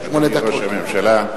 אדוני ראש הממשלה,